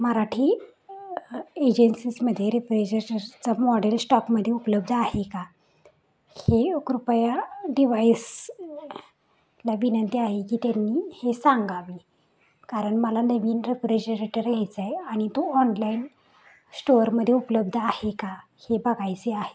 मराठी एजेन्सीसमध्ये रेफ्रेजर्शर्सचा मॉडेल स्टॉकमधे उपलब्ध आहे का हे कृपया डिवाइसला विनंती आहे की त्यांनी हे सांगावे कारण मला नवीन रेफ्रेजरेटर घ्यायचा आहे आणि तो ऑनलाईन स्टोअरमध्ये उपलब्ध आहे का हे बघायचे आहे